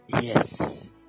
Yes